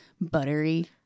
buttery